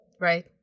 Right